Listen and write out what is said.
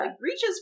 reaches